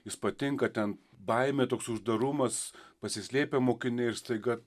jis patinka ten baimė toks uždarumas pasislėpę mokiniai ir staiga